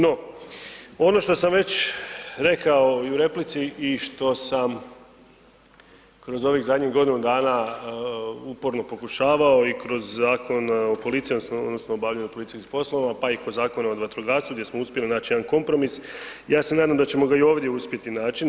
No, ono što sam već rekao i u replici i što sam kroz ovih zadnjih godinu dana uporno pokušavao i kroz Zakon o policiji odnosno obavljanju policijskih poslova pa i kroz Zakon o vatrogastvu gdje smo uspjeli naći jedan kompromis, ja se nadam da ćemo ga i ovdje uspjeti naći.